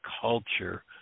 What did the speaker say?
culture